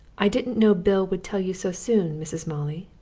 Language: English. i didn't know bill would tell you so soon, mrs. molly,